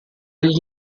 gli